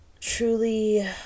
truly